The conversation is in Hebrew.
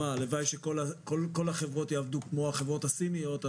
והלוואי שכל החברות יעבדו כמו החברות הסיניות,